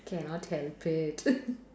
cannot help it